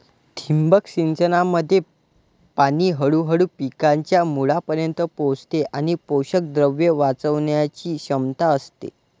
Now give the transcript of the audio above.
ठिबक सिंचनामध्ये पाणी हळूहळू पिकांच्या मुळांपर्यंत पोहोचते आणि पोषकद्रव्ये वाचवण्याची क्षमता असते